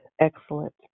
excellent